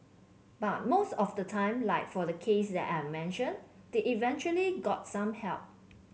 but most of the time like for the case that I mentioned they eventually got some help